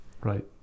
Right